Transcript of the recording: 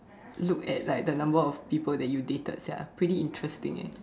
look at like the number of people you dated sia pretty interesting eh